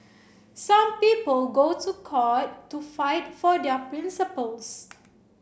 some people go to court to fight for their principles